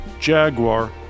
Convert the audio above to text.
Jaguar